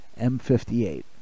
M58